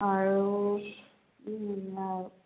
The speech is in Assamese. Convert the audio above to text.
আৰু কি মিলাওঁ